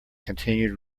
continued